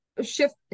shift